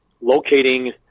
locating